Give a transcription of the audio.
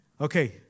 Okay